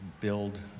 build